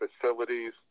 facilities